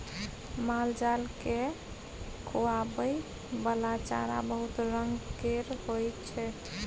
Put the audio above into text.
मालजाल केँ खुआबइ बला चारा बहुत रंग केर होइ छै